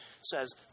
says